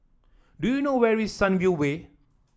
do you know where is Sunview Way